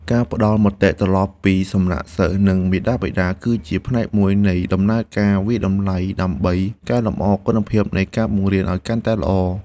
ការផ្តល់មតិត្រឡប់ពីសំណាក់សិស្សនិងមាតាបិតាគឺជាផ្នែកមួយនៃដំណើរការវាយតម្លៃដើម្បីកែលម្អគុណភាពនៃការបង្រៀនឱ្យកាន់តែល្អ។